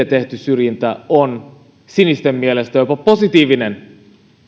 tehty syrjintä on sinisten mielestä jopa positiivinen